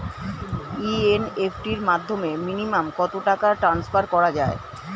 NEFT র মাধ্যমে minimum কত টাকা টান্সফার করা যায়?